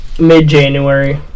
mid-January